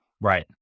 Right